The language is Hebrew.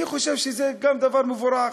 אני חושב שגם זה דבר מבורך.